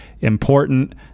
important